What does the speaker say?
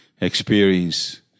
experience